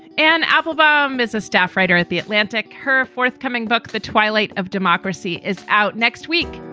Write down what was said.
anne applebaum is a staff writer at the atlantic. her forthcoming book, the twilight of democracy is out next week,